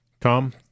Tom